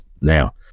Now